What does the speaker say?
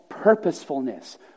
purposefulness